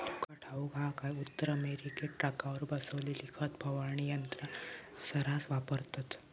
तुका ठाऊक हा काय, उत्तर अमेरिकेत ट्रकावर बसवलेली खत फवारणी यंत्रा सऱ्हास वापरतत